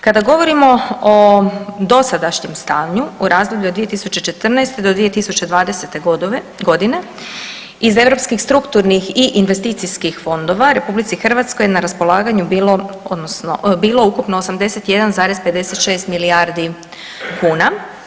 Kada govorimo o dosadašnjem stanju u razdoblju od 2014. do 2020.g. iz europskih strukturnih i investicijskih fondova RH je na raspolaganju bilo odnosno bilo ukupno 81,56 milijardi kuna.